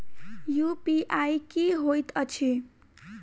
UPI की होइत अछि